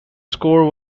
score